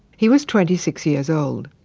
he was twenty six years old.